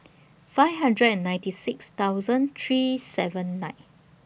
five hundred and ninety six thousand three senven nine